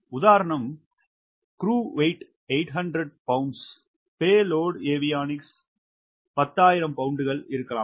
உதாரணம் குழு எடை 800 பவுண்டுகள் பே லோட் ஏவியோனிக்ஸ் 10000 பவுண்டுகள் இருக்கலாம்